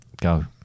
go